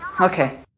Okay